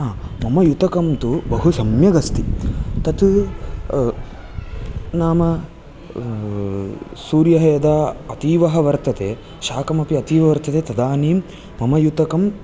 हा मम युतकं तु बहु सम्यगस्ति तत् नाम सूर्यः यदा अतीवः वर्तते शाकमपि अतीव वर्तते तदानीं मम युतकं